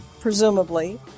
Presumably